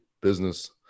business